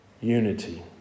unity